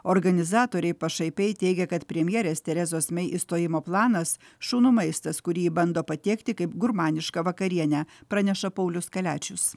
organizatoriai pašaipiai teigia kad premjerės terezos mei išstojimo planas šunų maistas kurį bando patiekti kaip gurmanišką vakarienę praneša paulius kaliačius